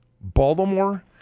Baltimore